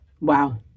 Wow